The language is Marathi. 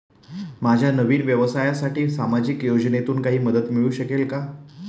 माझ्या नवीन व्यवसायासाठी सामाजिक योजनेतून काही मदत मिळू शकेल का?